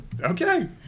Okay